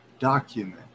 Document